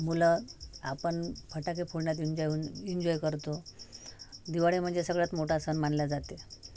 मुलं आपण फटाके फोडण्यात एन्जॉ होऊन एन्जॉय करतो दिवाळी म्हणजे सगळ्यात मोठा सण मानल्या जाते